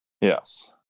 Yes